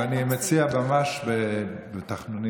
ואני מציע ממש בתחנונים,